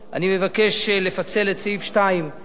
אני מבקש לפצל את סעיף 2 מהחוק.